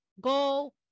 go